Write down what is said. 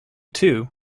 two